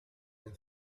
and